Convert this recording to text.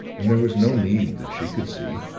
and there was no need, that she could see,